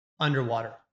underwater